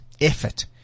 effort